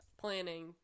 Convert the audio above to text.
planning